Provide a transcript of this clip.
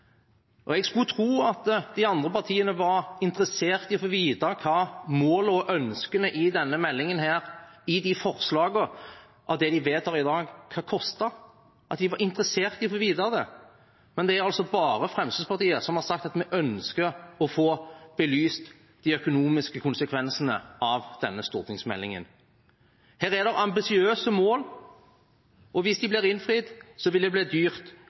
skulle tro at de andre partiene var interessert i å få vite hva målene og ønskene i denne meldingen og i de forslagene vi vedtar i dag, koster, men det er altså bare Fremskrittspartiet som har sagt at vi ønsker å få belyst de økonomiske konsekvensene av denne stortingsmeldingen. Her er det ambisiøse mål, og hvis de blir innfridd, vil det bli dyrt